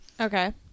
Okay